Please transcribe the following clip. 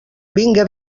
vinga